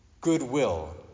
Goodwill